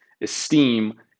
Esteem